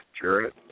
Jarrett